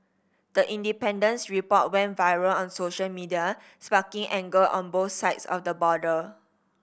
the Independent's report went viral on social media sparking anger on both sides of the border